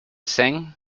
sing